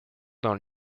dans